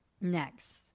Next